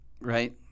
right